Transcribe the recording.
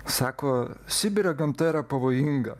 sako sibire gamta yra pavojinga